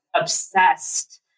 Obsessed